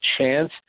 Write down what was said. chance